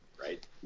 right